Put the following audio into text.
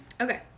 Okay